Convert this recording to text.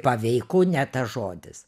paveiku ne tas žodis